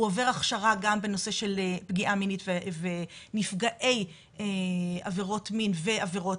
הוא עובר הכשרה גם בנושא של פגיעה מינית ונפגעי עבירות מין ועבירות